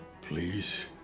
please